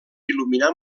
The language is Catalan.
il·luminar